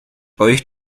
euch